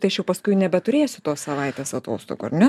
tai aš jau paskui nebeturėsiu tos savaitės atostogų ar ne